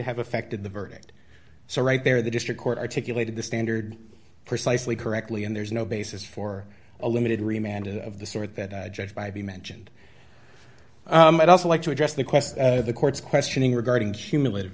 have affected the verdict so right there the district court articulated the standard precisely correctly and there's no basis for a limited reminded of the sort that judge by be mentioned might also like to address the question of the court's questioning regarding hum